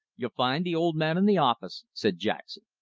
you'll find the old man in the office, said jackson.